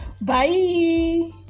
Bye